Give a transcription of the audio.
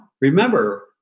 remember